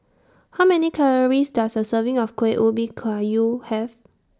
How Many Calories Does A Serving of Kueh Ubi Kayu Have